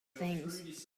things